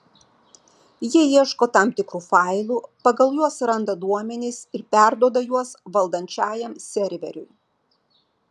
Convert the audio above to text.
jie ieško tam tikrų failų pagal juos randa duomenis ir perduoda juos valdančiajam serveriui